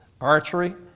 archery